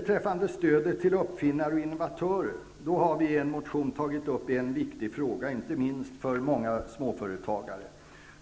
det gäller stöd till uppfinnare och innovatörer har vi i motion N224 tagit upp en viktig fråga, inte minst för många småföretagare.